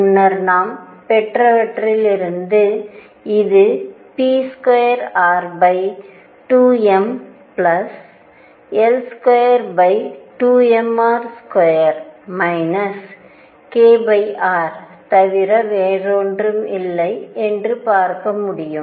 முன்னர் நாம் பெற்றவற்றிலிருந்து இது pr22mL22mr2 krதவிர ஒன்றுமில்லை என்று பார்க்க முடியும்